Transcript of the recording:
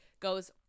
goes